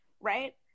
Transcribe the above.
right